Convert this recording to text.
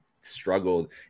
struggled